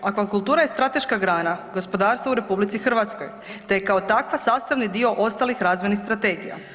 Aquakultura je strateška grana gospodarstva u RH, te je kao takva sastavni dio ostalih razvojnih strategija.